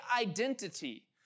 identity